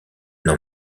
n’en